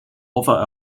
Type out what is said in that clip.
offer